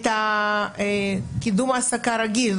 את קידום ההעסקה הרגיל,